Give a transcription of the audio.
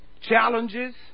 challenges